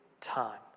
time